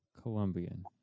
Colombian